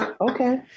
Okay